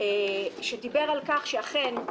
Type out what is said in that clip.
אמר לנו עכשיו.